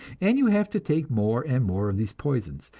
and you have to take more and more of these poisons,